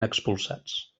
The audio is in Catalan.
expulsats